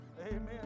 Amen